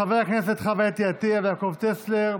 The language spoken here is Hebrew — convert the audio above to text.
של חברי הכנסת חוה אתי עטייה ויעקב טסלר.